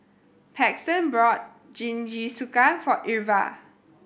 Paxton bought Jingisukan for Irva